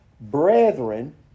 brethren